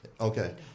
Okay